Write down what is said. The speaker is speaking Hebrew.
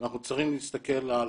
אנחנו צריכים להסתכל על